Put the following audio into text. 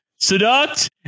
seduct